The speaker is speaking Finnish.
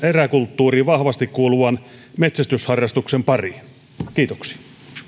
eräkulttuuriin vahvasti kuuluvan metsästysharrastuksen pariin kiitoksia